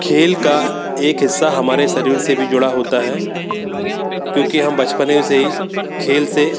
खेल का एक हिस्सा हमारे शरीर से भी जुड़ा होता है क्योंकि हम बचपन से ही खेल से